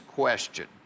question